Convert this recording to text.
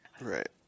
right